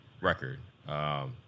record